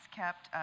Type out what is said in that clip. kept